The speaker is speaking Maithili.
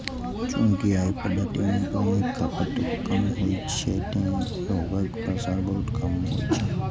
चूंकि अय पद्धति मे पानिक खपत कम होइ छै, तें रोगक प्रसार बहुत कम होइ छै